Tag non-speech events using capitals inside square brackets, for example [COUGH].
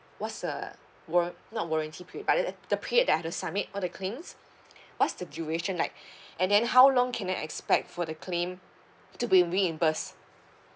what's the warran~ not warranty period but the the period that I have to submit all the claims [BREATH] what's the duration like [BREATH] and then how long can I expect for the claim to be reimbursed